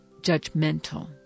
judgmental